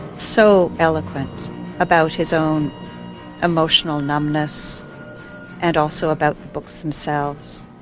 so eloquent about his own emotional numbness and also about the books themselves.